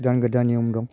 गोदान गोदान नियम दं